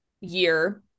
year